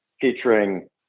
featuring